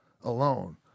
alone